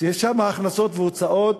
יש שם הכנסות והוצאות